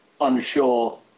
unsure